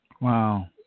Wow